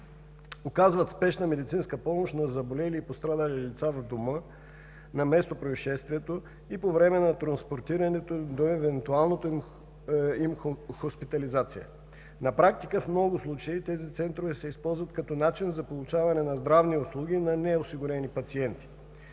оказват спешна медицинска помощ на заболели и пострадали лица в дома, на местопроизшествието и по време на транспортиране до евентуалната им хоспитализация. На практика в много случаи тези центрове се използват като начин за получаване на здравни услуги на неосигурени пациенти.